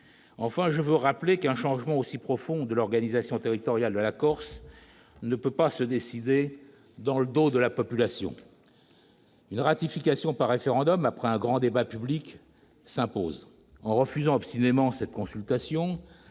Enfin, je veux rappeler qu'un changement aussi profond de l'organisation territoriale de la Corse ne peut pas se décider dans le dos de la population. Une ratification par référendum après la tenue d'un grand débat public s'impose. En refusant obstinément cette consultation,